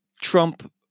Trump